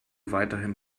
weiterhin